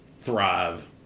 thrive